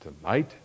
Tonight